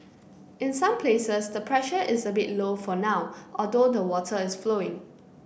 in some places the pressure is a bit low for now although the water is flowing